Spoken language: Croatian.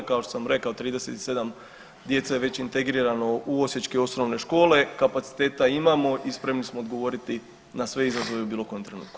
Kao što sam rekao 37 djece je već integrirano u osječke osnovne škole, kapaciteta imamo i spremni smo odgovoriti na sve izazove u bilo kojem trenutku.